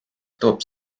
toob